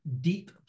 deep